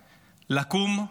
לקום,